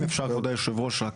אם אפשר כבוד יושב הראש רק.